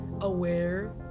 aware